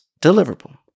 deliverable